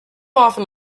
often